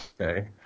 okay